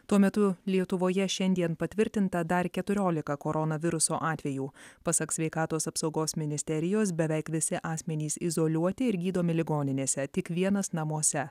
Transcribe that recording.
tuo metu lietuvoje šiandien patvirtinta dar keturiolika koronaviruso atvejų pasak sveikatos apsaugos ministerijos beveik visi asmenys izoliuoti ir gydomi ligoninėse tik vienas namuose